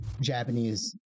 japanese